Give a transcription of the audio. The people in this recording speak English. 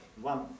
One